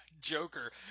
Joker